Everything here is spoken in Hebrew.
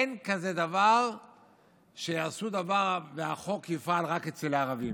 אין כזה דבר שיעשו דבר והחוק יופעל רק אצל הערבים.